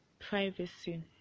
privacy